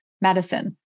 medicine